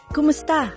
Kumusta